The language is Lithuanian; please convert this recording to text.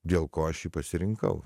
dėl ko aš jį pasirinkau